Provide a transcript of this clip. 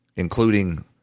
including